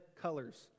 colors